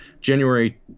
January